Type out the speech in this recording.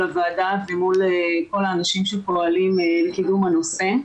הוועדה ומול כל אנשים שפועלים לקידום הנושא.